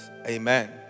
Amen